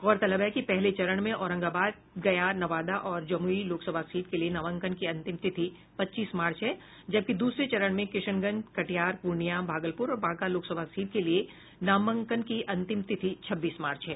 गौरतलब है कि पहले चरण में औरंगाबाद गया नवादा और जमुई लोकसभा सीट के लिए नामांकन की अंतिम तिथि पच्चीस मार्च है जबकि दूसरे चरण में किशनगंज कटिहार पूर्णियां भालगपुर और बांका लोकसभा सीट के लिए नामांकन की अंतिम तिथि छब्बीस मार्च है